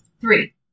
Three